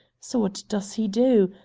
so what does he do?